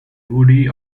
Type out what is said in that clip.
woody